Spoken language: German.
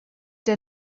der